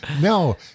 no